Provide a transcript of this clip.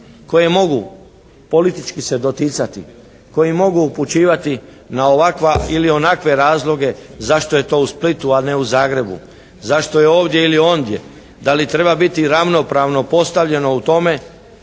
koje mogu politički se doticati, koji mogu upućivati na ovakva ili onakve razloge zašto je to u Splitu, a ne u Zagrebu? Zašto je ovdje ili ondje? Da li treba biti ravnopravno postavljeno u tome